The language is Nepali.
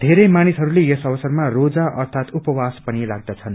वेरै मानिसहरूले यस अवसरमा रोजा ाअर्थात वर्त पनि राख्दछन्